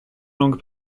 langues